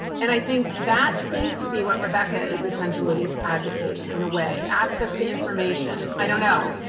and i think that seems to be what rebecca is essentially advocating in a way, access to information, i don't know.